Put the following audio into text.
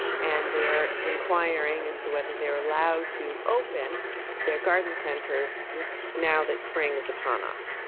and they are inquiring as to whether they are allowed to open their garden centers now that spring is upon us.